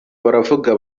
baravuga